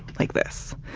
like this.